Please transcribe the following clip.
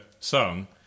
Song